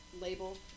label